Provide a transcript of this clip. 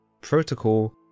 protocol